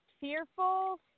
fearful